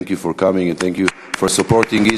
Thank you for coming and thank you for supporting Israel.